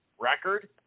record